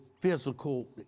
physical